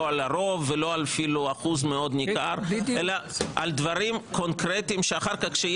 על הרוב ואפילו לא על אחוז מאוד ניכר אלא על דברים קונקרטיים שאחר כך,